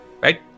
right